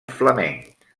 flamenc